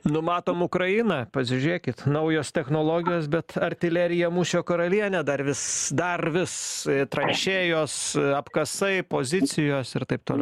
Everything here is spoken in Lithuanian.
nu matom ukrainą pasižiūrėkit naujos technologijos bet artilerija mūšio karalienė dar vis dar vis tranšėjos apkasai pozicijos ir taip toliau